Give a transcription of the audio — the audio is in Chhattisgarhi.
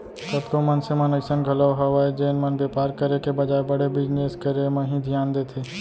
कतको मनसे मन अइसन घलौ हवय जेन मन बेपार करे के बजाय बड़े बिजनेस करे म ही धियान देथे